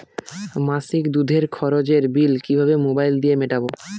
মাসিক দুধের খরচের বিল কিভাবে মোবাইল দিয়ে মেটাব?